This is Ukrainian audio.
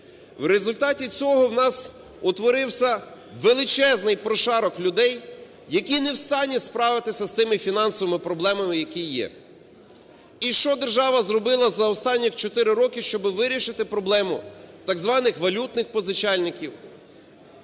В результаті цього в нас утворився величезний прошарок людей, які не в стані справитися з тими фінансовими проблемами, які є. І що держава зробила за останніх 4 роки, щоб вирішити проблему так званих валютних позичальників,